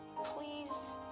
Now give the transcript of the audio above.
Please